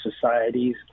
societies